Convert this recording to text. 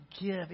give